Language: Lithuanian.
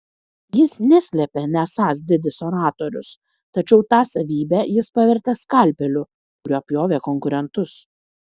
jis neslėpė nesąs didis oratorius tačiau tą savybę jis pavertė skalpeliu kuriuo pjovė konkurentus